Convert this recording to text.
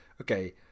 okay